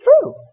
true